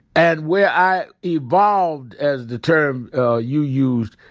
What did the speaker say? and where i evolved as the term ah you used,